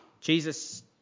Jesus